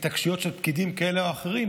התנגשויות של פקידים כאלה או אחרים,